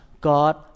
God